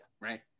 right